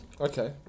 Okay